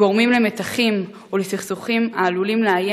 גורמים למתחים ולסכסוכים העלולים לאיים